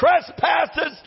trespasses